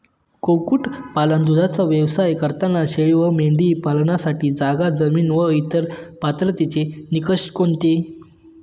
कुक्कुटपालन, दूधाचा व्यवसाय करताना शेळी व मेंढी पालनासाठी जागा, जमीन व इतर पात्रतेचे निकष कोणते?